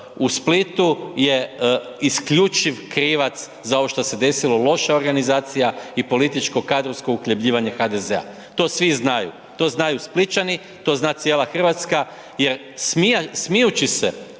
u Splitu je isključiv krivac za ovo što se desilo, loša organizacija i političko kadrovsko uhljebljivanje HDZ-a. To svi znaju. To znaju Splićani, to zna cijela Hrvatska jer smijući se